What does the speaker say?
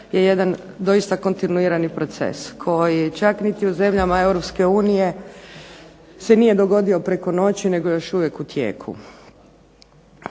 je jedan doista kontinuirani proces koji čak niti u zemljama Europske unije se nije dogodio preko noći, nego je još uvijek u tijeku.